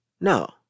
No